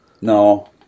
No